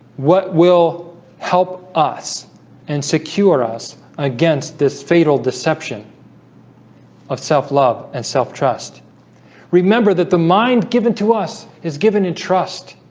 what will help us and secure us against this fatal deception of self love and self trust remember that the mind given to us is given in trust.